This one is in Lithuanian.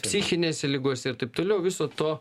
psichinėse ligose ir taip toliau viso to